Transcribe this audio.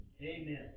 Amen